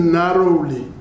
narrowly